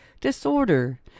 disorder